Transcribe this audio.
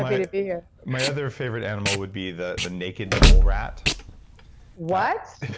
to be here my other favorite animal would be the the naked mole rat what?